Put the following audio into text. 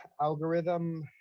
algorithm